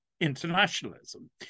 internationalism